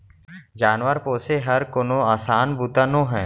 जानवर पोसे हर कोनो असान बूता नोहे